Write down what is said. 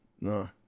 No